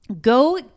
Go